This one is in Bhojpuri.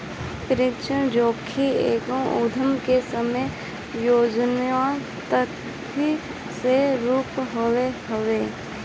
परिचलन जोखिम एगो उधम के सामान्य व्यावसायिक गतिविधि से शुरू होत हवे